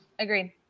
Agreed